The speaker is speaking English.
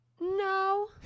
no